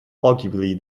arguably